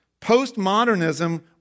Postmodernism